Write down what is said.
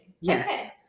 Yes